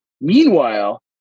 Meanwhile